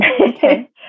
Okay